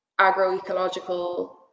agroecological